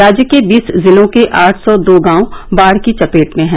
राज्य के बीस जिलों के आठ सौ दो गांव बाढ़ की चपेट में हैं